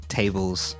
tables